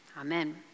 Amen